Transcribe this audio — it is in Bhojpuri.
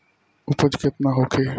उपज केतना होखे?